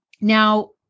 Now